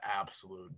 absolute